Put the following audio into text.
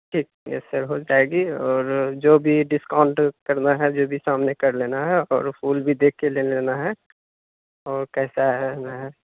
یس sir ہو جائے گی اور جو بھی ڈسکاؤنٹ کرنا ہے جو بھی سامنے کر لینا ہے اور پھول بھی دیکھ کے لے لینا ہے اور کیسا ہے نہ ہے